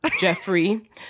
Jeffrey